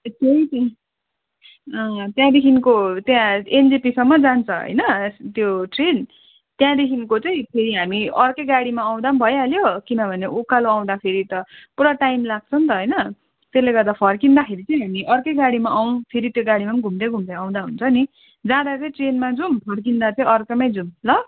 त्यही त अँ त्यहाँदेखिको त्यहाँ एनजेपीसम्म जान्छ होइन त्यो ट्रेन त्यहाँदेखिको चाहिँ फेरि हामी अर्कै गाडीमा आउँदा पनि भइहाल्यो किनभने उकालो आउँदाखेरि त पुरा टाइम लाग्छ नि त होइन त्यसले गर्दा फर्किँदाखेरि चाहिँ हामी अर्कै गाडीमा आउँ फेरि त्यो गाडीमा पनि घुम्दै घुम्दै आउँदा हुन्छ नि जाँदा चाहिँ ट्रेनमा जाउँ फर्किँदा चाहिँ अर्कैमा जाऊँ ल